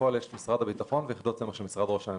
בפועל יש את משרד הביטחון ואת יחידות הסמך של משרד ראש הממשלה.